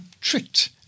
tricked